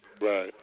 Right